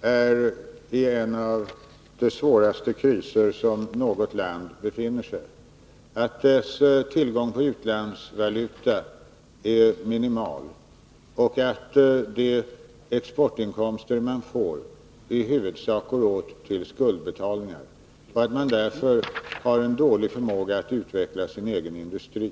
befinner sig i en av de svåraste kriser som ett land kan befinna sig i, att dess tillgång på utlandsvaluta är minimal, att landets exportinkomster i huvudsak går åt till att betala skulder och att man därför har dålig förmåga att utveckla sin egen industri.